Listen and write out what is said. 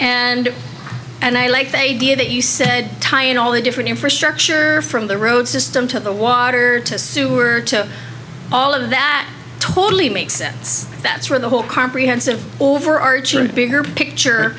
and and i like they did that you said tying all the different infrastructure from the road system to the water to sewer to all of that totally makes sense that's where the whole comprehensive overarching and bigger picture